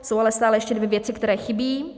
Jsou ale stále ještě dvě věci, které chybí.